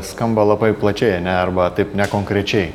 skamba labai plačiai ane arba taip nekonkrečiai